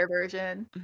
version